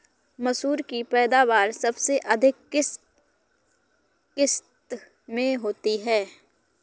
मसूर की पैदावार सबसे अधिक किस किश्त में होती है?